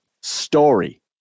story